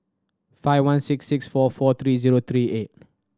five one six six four four three zero three eight